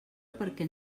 perquè